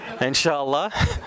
inshallah